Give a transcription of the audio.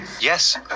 Yes